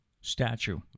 statue